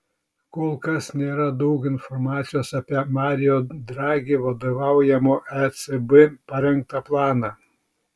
kol kas nėra daug informacijos apie mario dragi vadovaujamo ecb parengtą planą